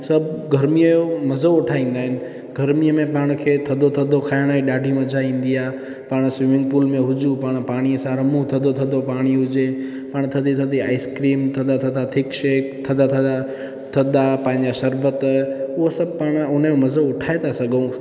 सभु गर्मीअ जो मज़ो उठाईंदा आहिनि गर्मीअ में पाण खे थधो थधो खाइण जी ॾाढी मज़ा ईंदी आहे पाण स्वीमिंग पूल में हुजूं पाण पाणीअ सां रमूं थधो थधो पाणी हुजे पाण थधी थधी आइस्क्रीम थधा थधा थिक शेक थधा थधा थधा पंहिंजा शरबत उहो सभु पाण उनजो मज़ो उठाए था सघूं